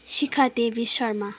Shikhadevi Sharma